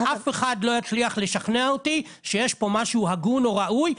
אף אחד לא יצליח לשכנע אותי שיש פה משהו הגון או ראוי,